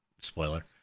Spoiler